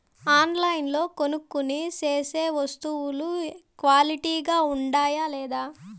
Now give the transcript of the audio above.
ఆన్లైన్లో కొనుక్కొనే సేసే వస్తువులు క్వాలిటీ గా ఉండాయా లేదా?